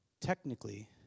Technically